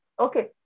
okay